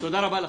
תודה רבה לכם.